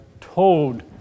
told